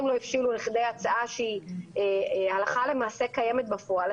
לא הבשילו לכדי הצעה שהיא הלכה למעשה קיימת בפועל,